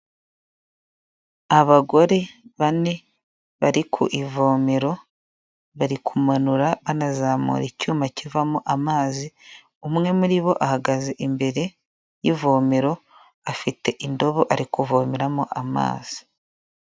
Abagore bane, bari ku ivomero, bari kumanura banazamura icyuma kivomo amazi, umwe muri bo ahagaze imbere y'ivomero, afite indobo ari kuvomeramo amazi.